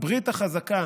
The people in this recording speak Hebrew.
הברית החזקה